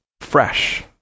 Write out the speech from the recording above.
fresh